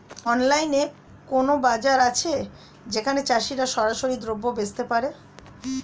অনলাইনে কোনো বাজার আছে যেখানে চাষিরা সরাসরি দ্রব্য বেচতে পারে?